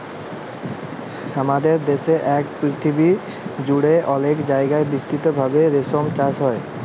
হামাদের দ্যাশে এবং পরথিবী জুড়ে অলেক জায়গায় বিস্তৃত ভাবে রেশম চাস হ্যয়